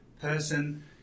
person